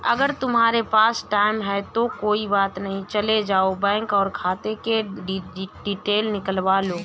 अगर तुम्हारे पास टाइम है तो कोई बात नहीं चले जाओ बैंक और खाते कि डिटेल निकलवा लो